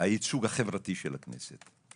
הייצוג החברתי של הכנסת.